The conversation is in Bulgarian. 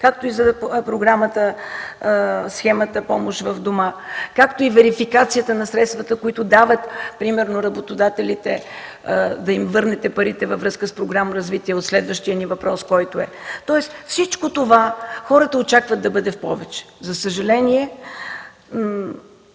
както и схемата „Помощ в дома”; както и верификацията на средствата, които дават примерно работодателите, да им върнете парите във връзка с Програма „Развитие” – в следващия ни въпрос, който е. Тоест, всичко това хората очакват да бъде в повече. За съжаление,